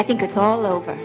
i think it's all open